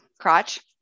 crotch